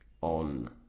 on